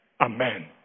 Amen